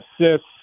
assists